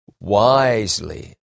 wisely